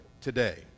today